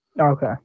Okay